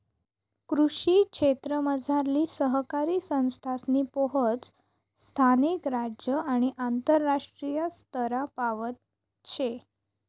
कृषी क्षेत्रमझारली सहकारी संस्थासनी पोहोच स्थानिक, राज्य आणि आंतरराष्ट्रीय स्तरपावत शे